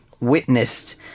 witnessed